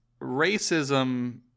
racism